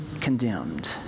condemned